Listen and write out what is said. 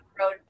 road